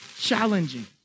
challenging